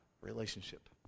Relationship